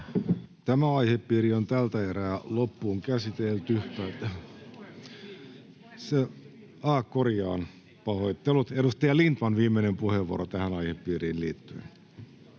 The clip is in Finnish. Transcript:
Tämä aihepiiri on tältä erää loppuun käsitelty. — Korjaan, pahoittelut. Edustaja Lindtman, viimeinen puheenvuoro tähän aihepiiriin liittyen.